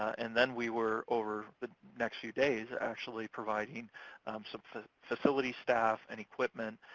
and then we were over the next few days actually providing some facilities, staff, and equipment.